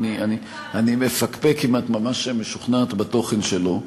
אני מפקפק אם את ממש משוכנעת בתוכן שלו.